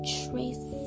trace